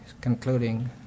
concluding